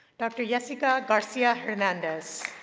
dr. yessica garcia hernandez